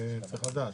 זה צריך לדעת.